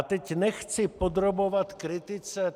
Teď nechci podrobovat kritice...